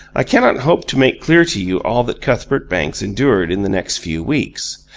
i cannot hope to make clear to you all that cuthbert banks endured in the next few weeks.